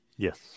Yes